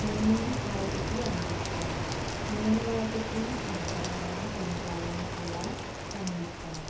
నేను వాటికి అందిస్తాను నేను వాటికి అవసరమైన ఖనిజాలను కూడా అందిస్తాను